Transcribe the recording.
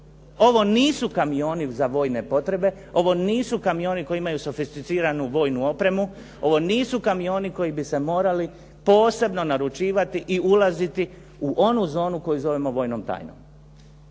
Ovo nisu kamioni za vojne potrebe, ovo nisu kamioni koji imaju sofisticiranu vojnu opremu, ovo nisu kamioni koji bi se morali posebno naručivati i ulaziti u onu zonu koju zovemo vojnom tajnom.